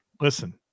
Listen